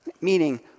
Meaning